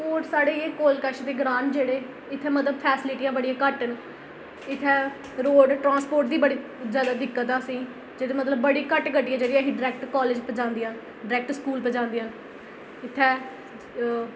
होर साढ़े एह् कोल कश दे ग्रांऽ न जेह्ड़े इत्थै मतलब फैसिलिटियां बड़ियां घट्ट न इत्थै रोड़ ट्रांसपोर्ट दी बड़ी जैदा दिक्कत ऐ असें ई जेह्दे मतलब बड़ी घट्ट गड्डियां जेह्ड़ियां असें ई डरैक्ट कालेज पजांदियां न डरैक्ट स्कूल पजांदियां न इत्थै